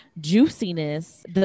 Juiciness